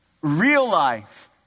real-life